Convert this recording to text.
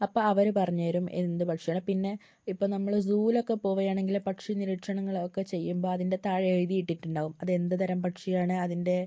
അപ്പം അവർ പറഞ്ഞ് തരും എന്ത് പക്ഷിയാണ് പിന്നെ ഇപ്പം നമ്മൾ സൂവിലൊക്കെ പോകുകയാണെങ്കിൽ പക്ഷി നിരീക്ഷണങ്ങൾ ഒക്കെ ചെയ്യുമ്പോൾ അതിൻ്റെ താഴെയെഴുതിയിട്ടുണ്ടാകും അതെന്ത് തരം പക്ഷിയാണ് അതിൻ്റെ